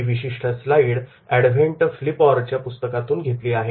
ही विशिष्ट slide Advent फ्लिपॉरच्या पुस्तकातून घेतली आहे